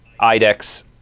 IDEX